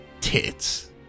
Tits